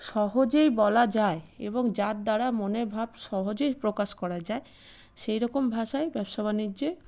সহজেই বলা যায় এবং যার দ্বারা মনের ভাব সহজেই প্রকাশ করা যায় সেই রকম ভাষাই ব্যবসা বাণিজ্যে